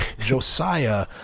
Josiah